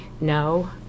no